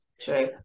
True